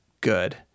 good